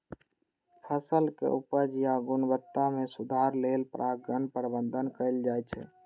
फसलक उपज या गुणवत्ता मे सुधार लेल परागण प्रबंधन कैल जाइ छै